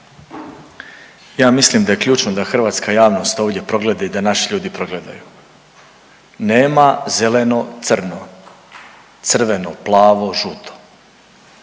Ja mislim da je ključno da hrvatska javnost ovdje progleda i da naši ljudi progledaju. Nema zeleno, crno, crveno, plavo, žuto,